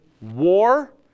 War